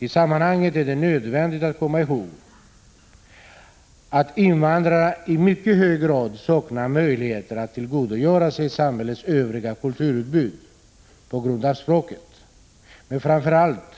I sammanhanget är det nödvändigt att komma ihåg att invandrarna i mycket hög grad saknar möjlighet att tillgodogöra sig samhällets övriga kulturutbud på grund av språket, men framför allt